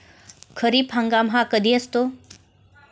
खरीप हंगाम हा कधी असतो?